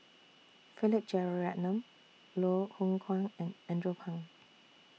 Philip Jeyaretnam Loh Hoong Kwan and Andrew Phang